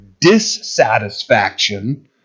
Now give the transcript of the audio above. dissatisfaction